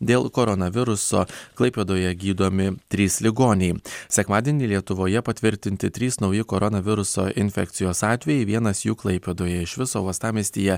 dėl koronaviruso klaipėdoje gydomi trys ligoniai sekmadienį lietuvoje patvirtinti trys nauji koronaviruso infekcijos atvejai vienas jų klaipėdoje iš viso uostamiestyje